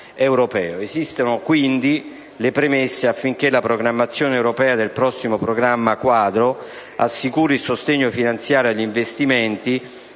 Esistono quindi le premesse affinché la programmazione europea del prossimo programma quadro assicuri il sostegno finanziario agli investimenti